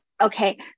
Okay